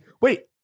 Wait